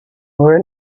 were